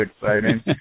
exciting